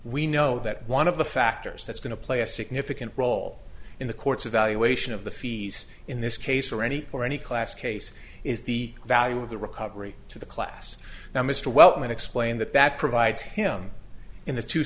we know that one of the factors that's going to play a significant role in the court's evaluation of the fees in this case or any or any class case is the value of the recovery to the class now mr wellman explained that that provides him in the two